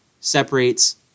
separates